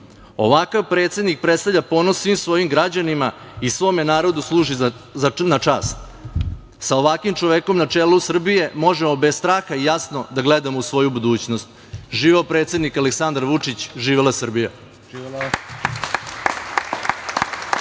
predsednik predstavlja ponos svim svojim građanima i svome narodu služi na čast. Sa ovakvim čovekom na čelu Srbije možemo bez straha i jasno da gledamo u svoju budućnost. Živeo predsednik Aleksandar Vučić, živela Srbija!